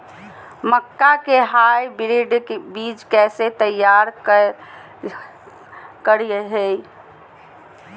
मक्का के हाइब्रिड बीज कैसे तैयार करय हैय?